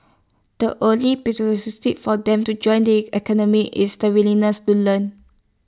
the only for them to join the academy is the willingness to learn